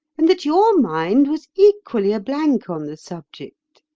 and that your mind was equally a blank on the subject.